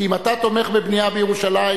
כי אם אתה תומך בבנייה בירושלים,